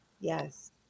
Yes